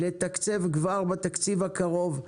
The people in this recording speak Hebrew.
לתקצב כבר בתקציב הקרוב,